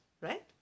right